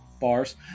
bars